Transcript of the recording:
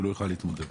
זה מופיע גם